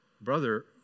brother